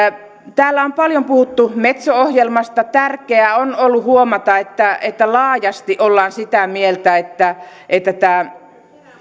täällä on paljon puhuttu metso ohjelmasta tärkeää on ollut huomata että että laajasti ollaan sitä mieltä että että tämä